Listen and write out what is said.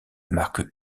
marque